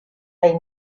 they